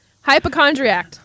hypochondriac